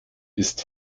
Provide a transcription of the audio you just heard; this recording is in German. ist